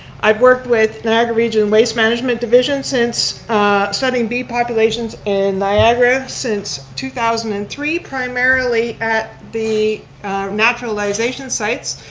i've worked with niagara region waste management division and ah studying bee populations in niagara since two thousand and three, primarily at the naturalization sites,